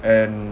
and